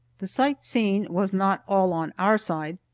the sightseeing was not all on our side.